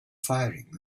firing